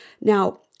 Now